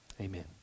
amen